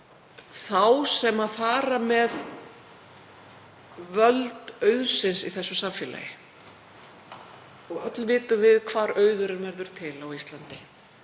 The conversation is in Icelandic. þá sem fara með völd auðsins í þessu samfélagi. Og öll vitum við hvar auðurinn verður til á Íslandi.